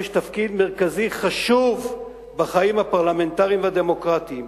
יש תפקיד מרכזי חשוב בחיים הפרלמנטריים והדמוקרטיים,